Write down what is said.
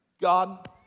God